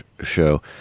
show